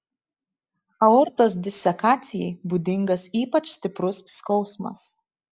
aortos disekacijai būdingas ypač stiprus skausmas